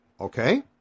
Okay